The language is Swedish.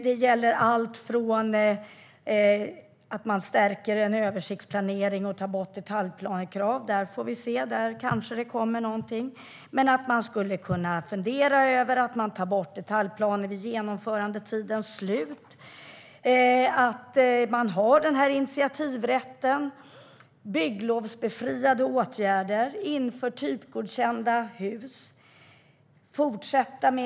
Det handlar bland annat om att stärka en översiktsplanering och ta bort detaljplanekrav. Där får vi se om det kanske kommer någonting, men man skulle kunna fundera över att ta bort detaljplaner vid genomförandetidens slut. Det handlar om att ha initiativrätten. Det handlar om bygglovsbefriade åtgärder och om att införa typgodkända hus.